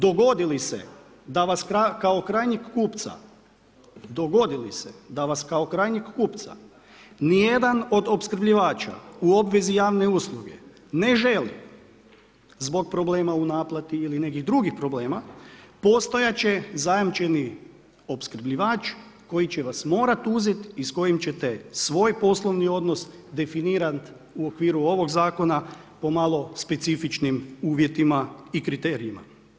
Dogodi li se da vas kao krajnjeg kupca, dogodi li se da vas kao krajnjeg kupaca, ni jedan od opskrbljivača u obvezi javne usluge ne želi zbog problema u naplati ili nekih drugih problema, postojati će zajamčeni opskrbljivač koji će vas morati uzeti i s kojim ćete svoj poslovni odnos definirati u okviru ovog zakona pomalo specifičnim uvjetima i kriterijima.